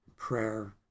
prayer